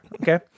okay